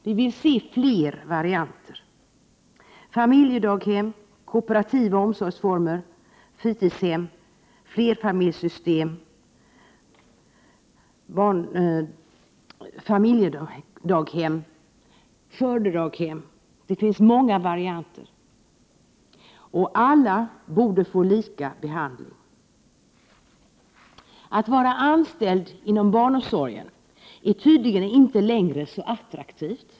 Vi vill se fler varianter — familjedaghem, kooperativa omsorgsformer, fritidshem, flerfamiljssystem, skördedaghem; det finns många varianter. Och alla borde få samma behandling. Att vara anställd inom barnomsorgen är tydligen inte längre så attraktivt.